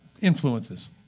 Influences